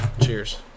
Cheers